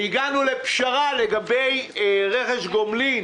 הגענו לפשרה לגבי רכש גומלין